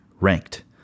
Ranked